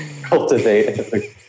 cultivate